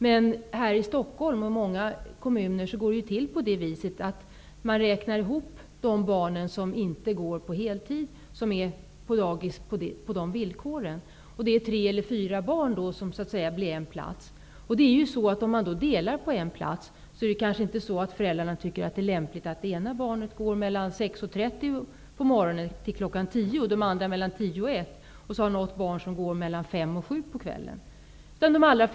Men här i Stockholm och i många andra kommuner räknar man ihop de barn som inte går på dagis på heltid. Tre eller fyra barn kan dela på en plats. Om flera barn delar på en plats tycker kanske föräldrarna inte att det är lämpligt att ett barn går mellan kl. 06.30 och 10.00 och de övriga som delar på platsen mellan kl. 10.00 och 13.00. Något barn behöver kanske omsorg mellan kl. 17.00 och 19.00.